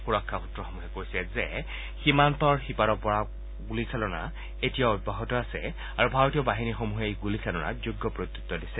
সুৰক্ষা সূত্ৰসমূহে কৈছে যে সীমান্তৰ সিপাৰৰ পৰা গুলীচালনা এতিয়াও অব্যাহত আছে আৰু ভাৰতীয় বাহিনীসমূহে এই গুলীচালনাৰ যোগ্য প্ৰত্যূত্তৰ দিছে